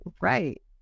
right